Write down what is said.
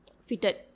fitted